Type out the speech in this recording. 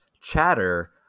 chatter